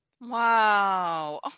Wow